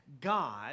God